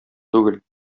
түгел